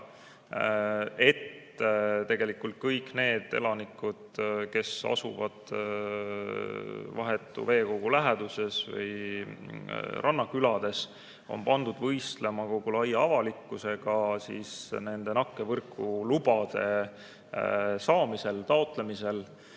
et kõik need elanikud, kes asuvad vahetu veekogu läheduses või rannakülades, on pandud võistlema kogu laia avalikkusega nende nakkevõrgulubade taotlemisel